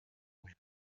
wind